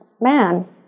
man